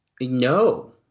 No